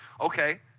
Okay